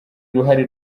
uruhare